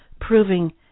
proving